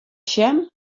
sjen